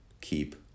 keep